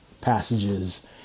passages